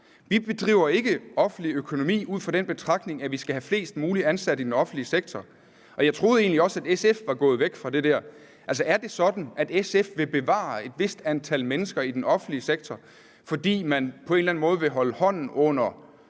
Vi bedriver ikke offentlige økonomi, ud fra den betragtning at vi skal have flest mulig ansat i den offentlige sektor, og jeg troede egentlig også, at SF var gået væk fra det der. Altså, er det sådan, at SF vil bevare et vist antal mennesker i den offentlige sektor, fordi man på en eller anden måde vil holde hånden under